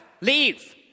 Leave